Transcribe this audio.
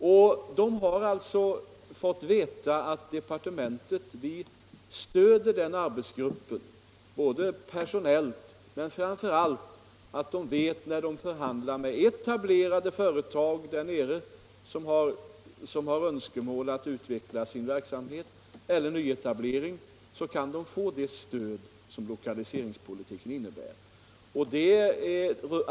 Man har fått veta att departementet stöder den arbetsgruppen personellt, men framför allt vet man att när arbetsgruppen förhandlar om nyetablering eller med redan etablerade föetag, som önskar utveckla sin verksamhet, kan man få det stöd som lokaliseringspolitiken innebär.